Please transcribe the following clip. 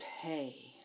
pay